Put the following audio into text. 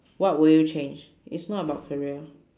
what would you change it's not about career